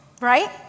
right